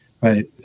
right